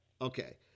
Okay